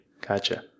Gotcha